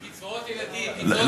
קצבאות ילדים, קצבאות זיקנה.